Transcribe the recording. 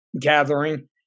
gathering